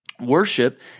Worship